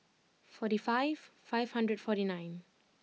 forty five five hundred forty nine